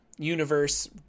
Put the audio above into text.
universe